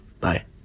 Bye